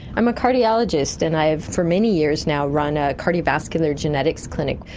i'm a cardiologist and i have for many years now run a cardiovascular genetics clinic.